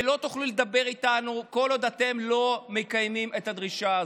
ולא תוכלו לדבר איתנו כל עוד אתם לא מקיימים את הדרישה הזאת.